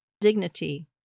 dignity